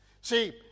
See